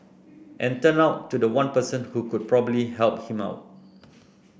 and turned out to the one person who could probably help him out